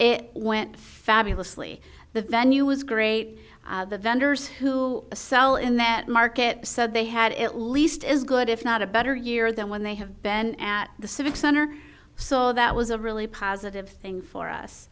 it went fabulously the venue was great the vendors who sell in that market said they had at least as good if not a better year than when they have been at the civic center so that was a really positive thing for us